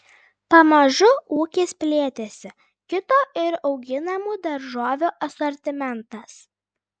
pamažu ūkis plėtėsi kito ir auginamų daržovių asortimentas